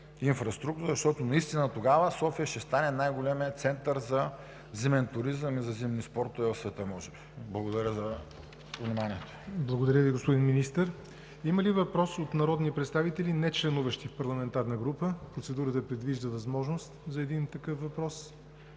инфраструктура, защото може би тогава София ще стане най-големият център за зимен туризъм и за зимни спортове в света. Благодаря за вниманието. ПРЕДСЕДАТЕЛ ЯВОР НОТЕВ: Благодаря Ви, господин Министър. Има ли въпроси от народни представители, нечленуващи в парламентарна група – процедурата предвижда възможност за един такъв въпрос?